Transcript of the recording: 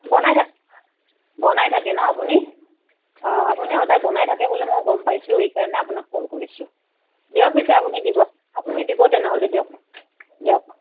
বনাই থাকে বনাই থাকে ন আপুনি অঁ আপুনি সদায় বনাই থাকে বুলি মই গম পাইছোঁ সেইকাৰণে আপোনাক কল কৰিছোঁ দিয়ক পিছে আপুনি দিব আপুনি দিব তেনেহ'লে দিয়ক দিয়ক